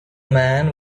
man